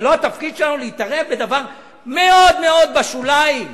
זה לא התפקיד שלנו להתערב בדבר מאוד מאוד בשוליים,